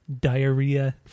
diarrhea